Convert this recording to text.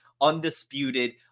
undisputed